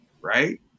right